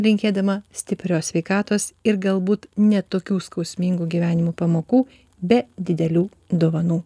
linkėdama stiprios sveikatos ir galbūt ne tokių skausmingų gyvenimų pamokų be didelių dovanų